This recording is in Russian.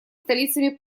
столицами